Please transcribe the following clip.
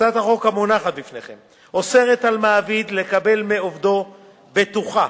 הצעת החוק המונחת בפניכם אוסרת על מעביד לקבל מעובדו בטוחה